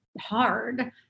hard